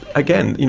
again,